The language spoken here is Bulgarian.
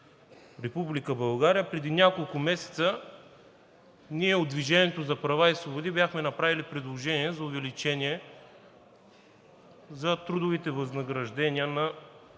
България преди няколко месеца ние от „Движение за права и свободи“ бяхме направили предложение за увеличение за трудовите възнаграждения на